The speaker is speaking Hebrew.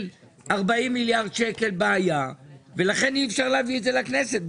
40 מיליארד שקל ולכן אי-אפשר להביא את זה לכנסת,